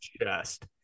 chest